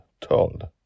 Told